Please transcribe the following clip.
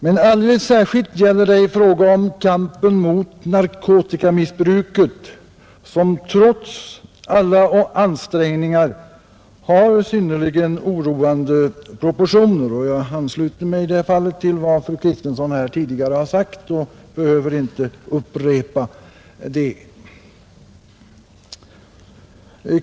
Men alldeles särskilt gäller det i fråga om kampen mot narkotikamissbruket, som trots alla ansträngningar har synnerligen oroande proportioner. Jag ansluter mig i det fallet till vad fru Kristensson tidigare har sagt och behöver inte upprepa det.